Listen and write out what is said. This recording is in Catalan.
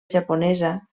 japonesa